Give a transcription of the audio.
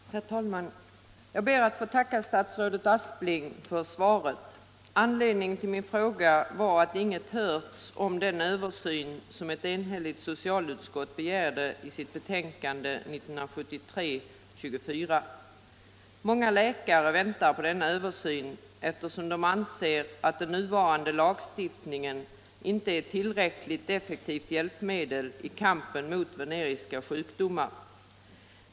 Herr talman! Jag ber att få tacka statsrådet Aspling för svaret på min fråga. Anledningen till denna var att inget hörts om den översyn som ett enhälligt socialutskott begärde i sitt betänkande nr 24 år 1973. Många läkare väntar på denna översyn, eftersom de anser att den nuvarande lagstiftningen inte är ett tillräckligt effektivt hjälpmedel i kampen mot veneriska sjukdomar.